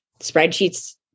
spreadsheets